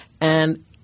And-